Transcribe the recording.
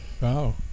Wow